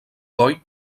coll